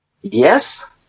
yes